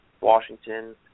Washington